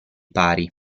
pari